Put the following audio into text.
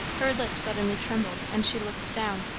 her lip suddenly trembled, and she looked down.